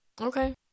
Okay